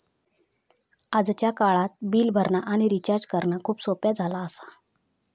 आजच्या काळात बिल भरणा आणि रिचार्ज करणा खूप सोप्प्या झाला आसा